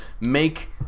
make